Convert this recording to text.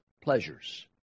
pleasures